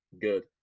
good